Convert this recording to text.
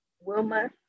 Wilma